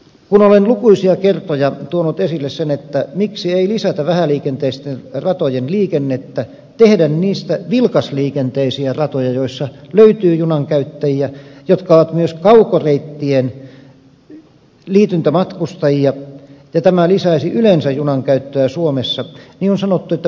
kun olen lukuisia kertoja tuonut esille sen miksi ei lisätä vähäliikenteisten ratojen liikennettä tehdä niistä vilkasliikenteisiä ratoja joille löytyy junankäyttäjiä jotka ovat myös kaukoreittien liityntämatkustajia kun tämä lisäisi myös yleensä junankäyttöä suomessa niin on sanottu että puuttuu kalusto